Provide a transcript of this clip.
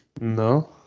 No